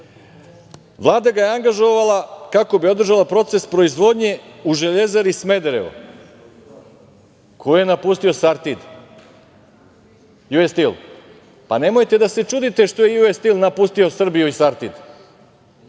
Vlada ga je angažovala kako bi održala proces proizvodnje u „Železari Smederevo“. Ko je napustio „Sartid“? „Ju-Es stil“. Pa nemojte da se čudite što je „Ju-Es stil“ napustio Srbiju i „Sartid“.Ako